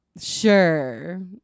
sure